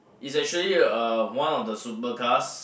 it's actually a one of the super cars